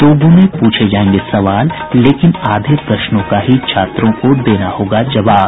दोगुने पूछे जायेंगे सवाल लेकिन आधे प्रश्नों का ही छात्रों को देना होगा जवाब